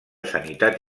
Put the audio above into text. sanitat